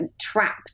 trapped